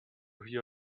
hear